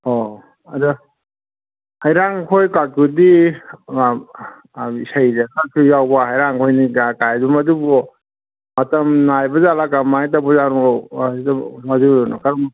ꯑꯣ ꯑꯗ ꯍꯩꯔꯥꯡ ꯈꯣꯏꯀꯥꯗꯨꯗꯤ ꯏꯁꯩꯗꯒꯁꯨ ꯌꯥꯎꯕ ꯍꯩꯔꯥꯡꯈꯣꯏꯅꯤꯒꯒꯥꯏ ꯃꯗꯨꯕꯨ ꯃꯇꯝ ꯅꯥꯏꯕꯖꯥꯠꯂꯥ ꯀꯔꯃꯥꯏ ꯇꯧꯕꯖꯥꯠꯅꯣ ꯑꯗꯨꯗꯅ ꯀꯔꯝ